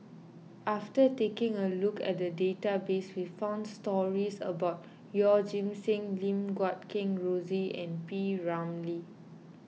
after taking a look at the database we found stories about Yeoh Ghim Seng Lim Guat Kheng Rosie and P Ramlee